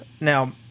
now